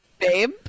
Babe